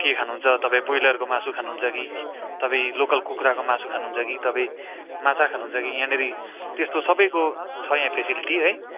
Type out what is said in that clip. के खानुहुन्छ तपाईँ ब्रोइलरको मासु खानुहुन्छ कि तपाईँ लोकल कुखुराको मासु खानुहुन्छ कि तपाईँ माछा खानुहुन्छ कि यहाँनिर त्यस्तो सबैको छ यहाँ फेसिलिटी है